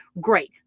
great